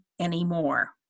anymore